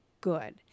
good